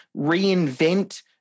reinvent